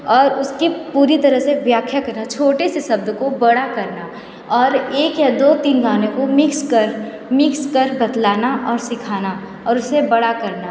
और उसकी पूरी तरह से व्याख्या करना छोटे से शब्द को बड़ा करना और एक या दो तीन गाने को मिक्स कर मिक्स कर बतलाना और सीखाना और उसे बड़ा करना